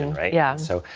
and right yeah so,